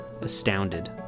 astounded